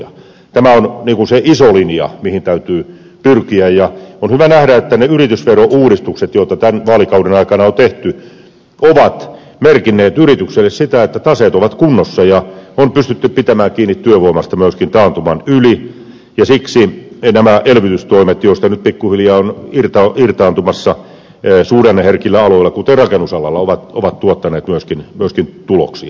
tämä on se iso linja mihin täytyy pyrkiä ja on hyvä nähdä että ne yritysverouudistukset joita tämän vaalikauden aikana on tehty ovat merkinneet yrityksille sitä että taseet ovat kunnossa ja on pystytty pitämään kiinni työvoimasta myöskin taantuman yli ja siksi nämä elvytystoimet joista nyt pikkuhiljaa ollaan irtaantumassa suhdanneherkillä aloilla kuten rakennusalalla ovat myöskin tuottaneet tuloksia